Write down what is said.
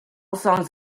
songs